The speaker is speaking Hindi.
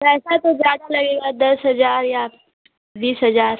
पैसा तो ज़्यादा लगेगा दस हज़ार या बीस हज़ार